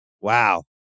Wow